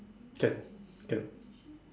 can can